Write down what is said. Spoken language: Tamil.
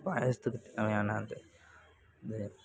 பாயசத்துக்கு தேவையானது அந்த